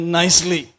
nicely